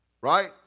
right